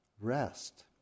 rest